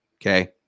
Okay